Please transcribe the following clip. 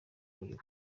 rurimo